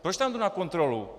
Proč tam jdu na kontrolu?